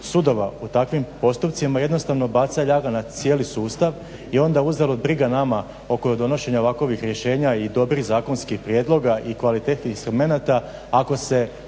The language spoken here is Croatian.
sudova u takvim postupcima jednostavno baca ljaga na cijeli sustav i onda uzalud briga nama oko donošenja ovakovih rješenja i dobrih zakonskih prijedloga i kvalitetnih instrumenata ako se